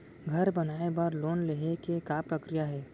घर बनाये बर लोन लेहे के का प्रक्रिया हे?